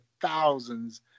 thousands